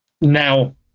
now